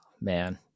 man